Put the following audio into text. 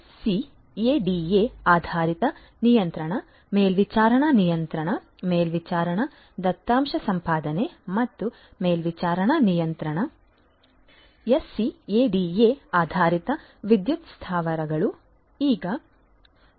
SCADA ಆಧಾರಿತ ನಿಯಂತ್ರಣ ಮೇಲ್ವಿಚಾರಣಾ ನಿಯಂತ್ರಣ ಮೇಲ್ವಿಚಾರಣಾ ದತ್ತಾಂಶ ಸಂಪಾದನೆ ಮತ್ತು ಮೇಲ್ವಿಚಾರಣಾ ನಿಯಂತ್ರಣ ಆದ್ದರಿಂದ ಎಸ್ಸಿಎಡಿಎ ಆಧಾರಿತ ವಿದ್ಯುತ್ ಸ್ಥಾವರಗಳು ಈಗ ವಾಸ್ತವವಾಗಿದೆ